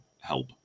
help